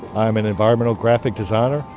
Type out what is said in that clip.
i'm an environmental graphic designer.